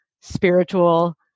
spiritual